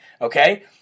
Okay